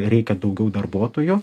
reikia daugiau darbuotojų